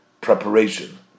preparation